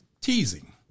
Teasing